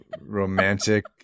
romantic